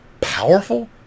powerful